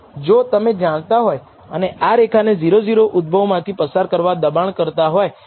જો તમે જાણતા હોય અને આ રેખાને 0 0 ઉદ્ભવ માંથી પસાર કરવા દબાણ કરતા હોય તો પછી તમારે β0 ને અંદાજિત ન કરવું જોઈએ